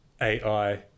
AI